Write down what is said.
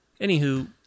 Anywho